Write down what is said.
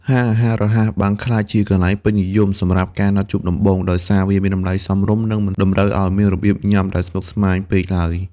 ហាងអាហាររហ័សបានក្លាយជា «កន្លែងពេញនិយម» សម្រាប់ការណាត់ជួបដំបូង ដោយសារវាមានតម្លៃសមរម្យ និងមិនតម្រូវឱ្យមានរបៀបញ៉ាំដែលស្មុគស្មាញពេកឡើយ។